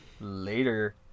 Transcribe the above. Later